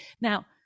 Now